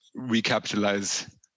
recapitalize